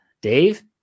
Dave